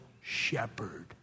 shepherd